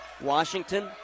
Washington